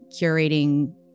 curating